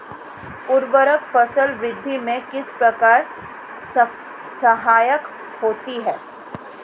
उर्वरक फसल वृद्धि में किस प्रकार सहायक होते हैं?